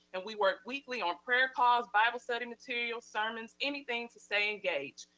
and we work weekly on prayer calls, bible study material, sermons, anything to stay engaged,